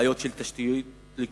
בעיות של תשתית לקויה,